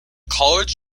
college